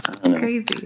crazy